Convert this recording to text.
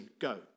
go